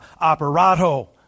operato